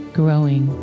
growing